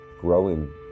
Growing